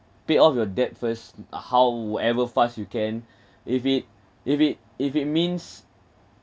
pay off your debt first however fast you can if it if it if it means